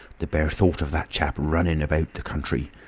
the bare thought of that chap running about the country!